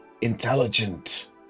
intelligent